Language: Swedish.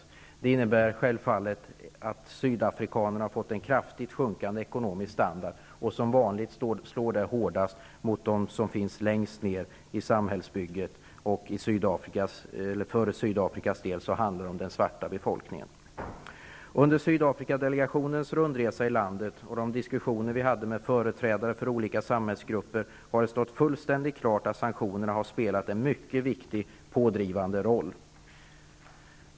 Detta innebär självfallet att sydafrikanerna fått en kraftigt sjunkade ekonomisk standard. Som vanligt slår det hårdast mot dem som finns längst ner i samhällsbygget. För Sydafrikas del handlar det om den svarta befolkningen. Under Sydafrikadelegationens rundresa i landet och i de diskussioner vi hade med företrädare för olika samhällsgrupper har det stått fullständigt klart att sanktionerna har spelat en mycket viktig pådrivande roll.